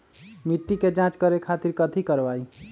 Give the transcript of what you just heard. मिट्टी के जाँच करे खातिर कैथी करवाई?